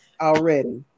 already